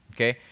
Okay